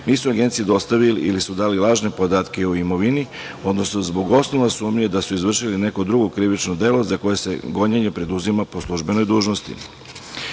nisu Agenciji dostavili ili su dali lažne podatke o imovini, odnosno zbog osnova sumnje da su izvršili neko drugo krivično delo za koje se gonjenje preduzima po službenoj dužnosti. Uspešno